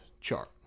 chart